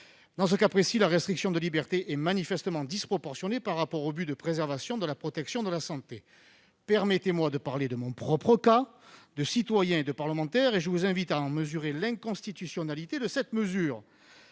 Dans ce cas précis, la restriction de liberté est manifestement disproportionnée par rapport au but de protection de la santé. Permettez-moi de parler de mon propre cas de citoyen et de parlementaire, vous invitant de la sorte à mesurer l'inconstitutionnalité de cette mesure.